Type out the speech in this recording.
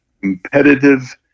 competitive